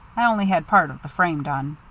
i only had part of the frame done.